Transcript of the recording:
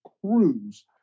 cruise